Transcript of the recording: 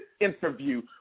interview